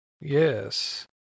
Yes